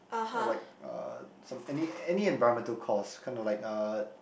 or like uh some any any environmental cause kinda like uh